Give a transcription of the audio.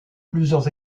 plusieurs